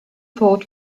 thought